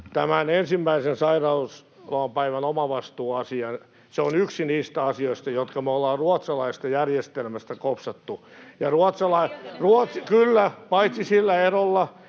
Tämä ensimmäisen sairauslomapäivän omavastuuasia on yksi niistä asioista, jotka me ollaan ruotsalaisten järjestelmästä kopsattu. [Li Anderssonin välihuuto] — Kyllä. Paitsi sillä erolla,